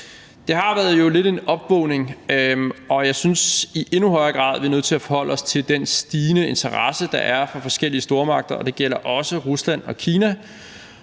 Det har jo lidt været en opvågnen, og jeg synes, at vi i endnu højere grad er nødt til at forholde os til den stigende interesse, der er fra forskellige stormagter, og det gælder også Rusland og Kina.